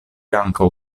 ankaŭ